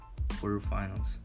quarterfinals